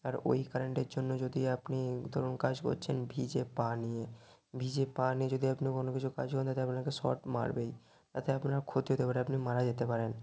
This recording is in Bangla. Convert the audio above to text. আর ওই কারেন্টের জন্য যদি আপনি ধরুন কাজ করছেন ভিজে পা নিয়ে ভিজে পা নিয়ে যদি আপনি কোনো কিছু কাজ করেন তাতে আপনাকে শর্ট মারবেই তাতে আপনার ক্ষতি হতে পারে আপনি মারা যেতে পারেন